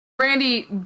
Brandy